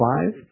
Five